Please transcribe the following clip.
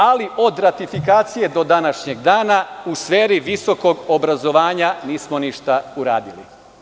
Ali, od ratifikacije do današnjeg dana, u sferi visokog obrazovanja nismo ništa uradili.